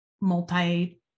multi